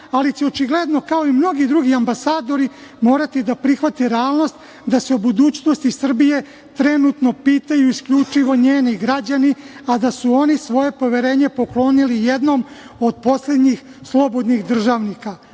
ali će očigledno kao i mnogi drugi ambasadori morati da prihvati realnost da se o budućnosti Srbije trenutno pitaju isključivo njeni građani, a da su oni svoje poverenje poklonili jednom od poslednjih slobodnih državnika